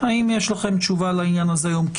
האם יש לכם תשובה לעניין הזה היום,